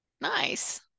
Nice